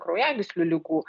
kraujagyslių ligų